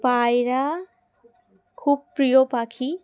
পায়রা খুব প্রিয় পাখি